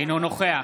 אינו נוכח